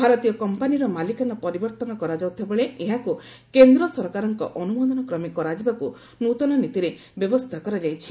ଭାରତୀୟ କମ୍ପାନିର ମାଲିକାନା ପରିବର୍ତ୍ତନ କରାଯାଉଥିବା ବେଳେ ଏହାକୁ କେନ୍ଦ୍ର ସରକାରଙ୍କ ଅନୁମୋଦନ କ୍ରମେ କରାଯିବାକୁ ନୂତନ ନୀତିରେ ବ୍ୟବସ୍ଥା କରାଯାଇଛି